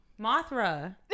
Mothra